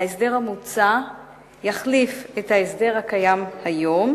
ההסדר המוצע יחליף את ההסדר הקיים היום,